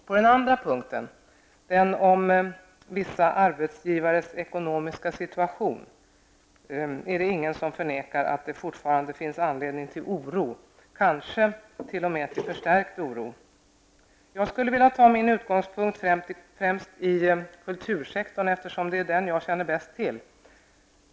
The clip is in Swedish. På den andra punkten, som gäller vissa arbetsgivares ekonomiska situation, är det ingen som förnekar att det fortfarande finns anledning till oro, kanske t.o.m. till förstärkt oro. Jag vill ta min utgångspunkt främst i kultursektorn, eftersom det är den jag känner bäst till.